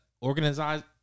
organized